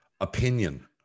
opinion